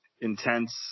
intense